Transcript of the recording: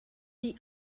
the